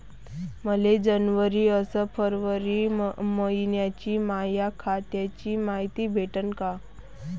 मले जनवरी अस फरवरी मइन्याची माया खात्याची मायती भेटन का?